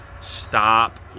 stop